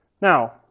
Now